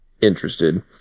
interested